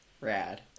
Rad